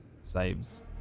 saves